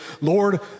Lord